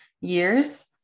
years